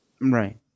Right